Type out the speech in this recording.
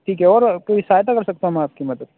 ٹھیک ہے اور کوئی سہایتا کر سکتا ہوں میں آپ کی مدد